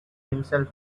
himself